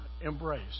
embrace